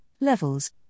levels